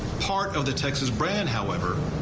part of the texas brand however.